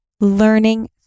learning